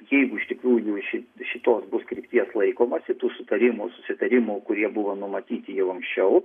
jeigu iš tikrųjų iš šitos bus krypties laikomasi tų sutarimų susitarimų kurie buvo numatyti jau anksčiau